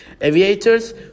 Aviators